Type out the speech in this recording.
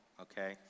okay